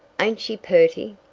ain't she purty?